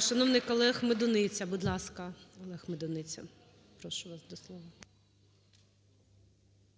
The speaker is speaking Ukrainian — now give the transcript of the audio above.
Шановний колега Медуниця, будь ласка.